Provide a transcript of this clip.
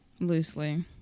loosely